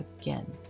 again